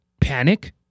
panic